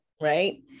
right